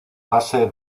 base